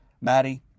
Maddie